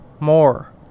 more